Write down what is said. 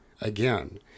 again